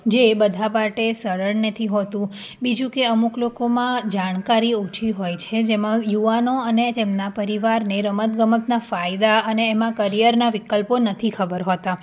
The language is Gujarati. જે બધા માટે સરળ નથી હોતું બીજું કે અમુક લોકોમાં જાણકારી ઓછી હોય છે જેમાં યુવાનો અને તેમના પરિવારને રમતગમતના ફાયદા અને એમાં કરિયરના વિકલ્પો નથી ખબર હોતા